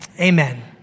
amen